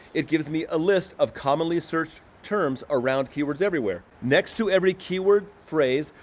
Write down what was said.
it gives me a list of commonly searched terms around keywords everywhere. next to every keyword phrase,